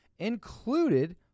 included